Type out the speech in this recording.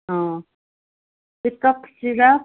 ah cup syrup